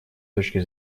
точки